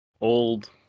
old